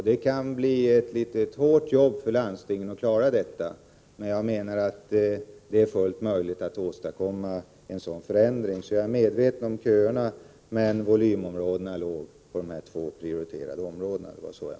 Det kan bli ett hårt jobb för landstingen att klara det, men jag menar att det är fullt möjligt att åstadkomma en sådan förändring.